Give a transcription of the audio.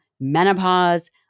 menopause